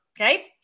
Okay